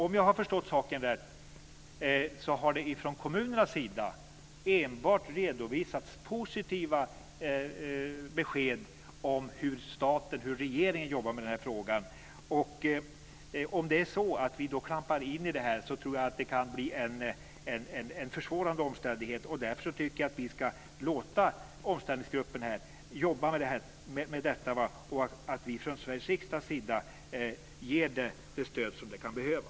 Om jag har förstått saken rätt har det från kommunernas sida enbart redovisats positiva besked om hur staten, regeringen, jobbar med den här frågan. Klampar vi då in i det här tror jag att det kan bli en försvårande omständighet. Därför tycker jag att vi ska låta omställningsgruppen jobba med detta och från Sveriges riksdags sida ge den det stöd den kan behöva.